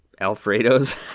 Alfredo's